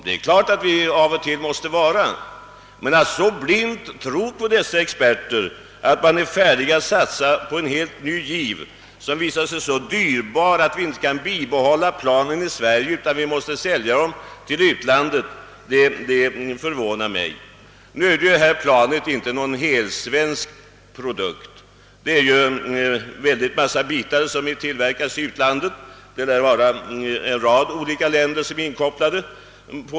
Det är klart att vi måste vara det då och då, men det förvånar mig att man så blint tror på experterna, att man är färdig att satsa på en helt ny giv som visar sig så dyrbar, att vi inte kan behålla planen i Sverige utan måste sälja dem till utlandet. Nu är detta plan inte någon helsvensk produkt utan synnerligen många bitar tillverkas i utlandet — det lär vara åtskilliga länder inkopplade.